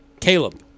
Caleb